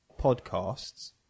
podcasts